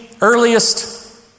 earliest